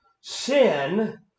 Sin